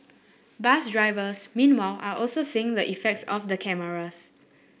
bus drivers meanwhile are also seeing the effects of the cameras